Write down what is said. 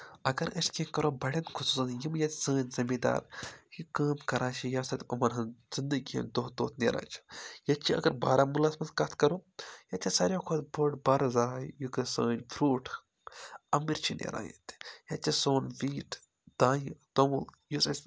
اَگر أسۍ کیٚنٛہہ کَرو بَڈِیٚن خصوٗصِیَت یِم یِیٚتہِ سٲنۍ زٔمِیٖن دار یہِ کٲم کران چھِ ییٚمہِ ساتہٕ یِمَن ہُنٛد زِنٛدَگی ہُنٛد دۄہ دۄہ نیران چھُ یِیٚتہِ چھِ اَگر باراموٗلاہَس منٛز کَتھ کَرو ییٚتہِ چھِ سارِوٕے کھۄتہٕ بوٚڈ بارٕ زاے یہِ سٲنۍ فرٛوٹ امبٔرۍ چھِ نیران ییٚتہِ ییٚتہِ چھُ سون وِیٖٹ دانہِ توٚمُل یُس اَسہِ